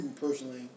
personally